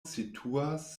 situas